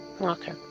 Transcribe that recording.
Okay